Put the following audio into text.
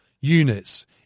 units